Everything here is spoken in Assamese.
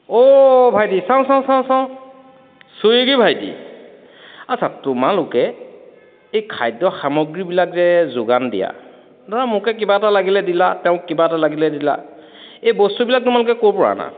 অ' ভাইটি চাওঁ চাওঁ চাওঁ চাওঁ চুইগি ভাইটি আচ্ছা তোমালোকে এই খাদ্য সামগ্ৰীবিলাক যে যোগান দিয়া ধৰা মোকেই কিবা এটা লাগিলে দিলা তেওঁক কিবা এটা লাগিলে দিলা এই বস্তুবিলাক তোমালোকে ক'ৰ পৰা আনা